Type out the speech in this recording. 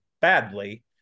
badly